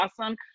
awesome